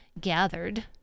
gathered